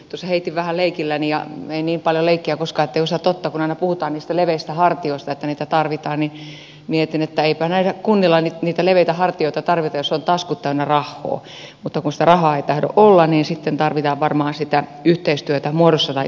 tuossa heitin vähän leikilläni ja ei koskaan niin paljon leikkiä ettei osa totta kun aina puhutaan niistä leveistä hartioista että niitä tarvitaan niin mietin että eipä näissä kunnissa nyt niitä leveitä hartioita tarvita jos on taskut täynnä rahhoo mutta kun sitä rahaa ei tahdo olla niin sitten tarvitaan varmaan sitä yhteistyötä muodossa tai toisessa